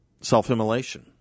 self-immolation